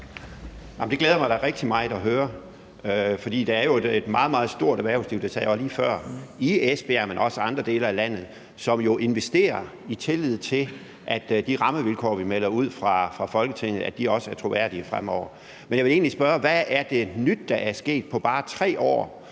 glæder mig da rigtig meget at høre, for der er jo et meget, meget stort erhvervsliv, og det sagde jeg også lige før, i Esbjerg, men også i andre dele af landet, som jo investerer, i tillid til at de rammevilkår, vi melder ud fra Folketinget af, også er troværdige fremover. Men jeg vil egentlig spørge: Hvad er det nye, der er sket på bare 3 år,